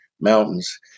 Mountains